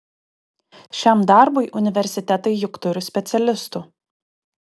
šiam darbui universitetai juk turi specialistų